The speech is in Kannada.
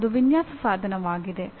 ಅದು ವಿನ್ಯಾಸ ಸಾಧನವಾಗಿದೆ